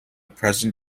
present